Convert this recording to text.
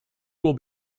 will